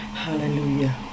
Hallelujah